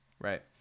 right